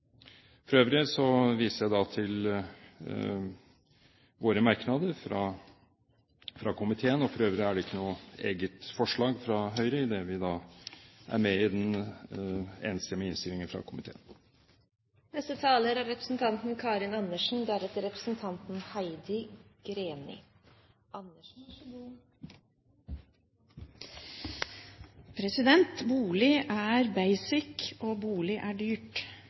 For øvrig viser jeg til merknadene fra komiteen. Det er ikke noe eget forslag fra Høyre, idet vi er med i den enstemmige innstillingen fra komiteen. Bolig er «basic», og bolig er dyrt.